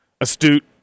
astute